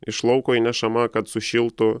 iš lauko įnešama kad sušiltų